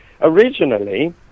originally